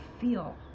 feel